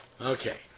Okay